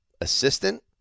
assistant